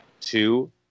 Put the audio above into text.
Two